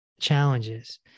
challenges